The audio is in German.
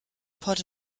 port